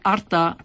Arta